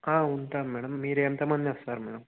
ఉంటాం మేడం మీరు ఎంతమంది వస్తారు మేడం